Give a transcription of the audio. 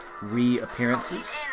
reappearances